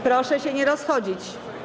Proszę się nie rozchodzić.